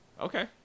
Okay